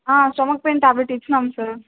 stomach pain tablet ఇచ్చినాం sir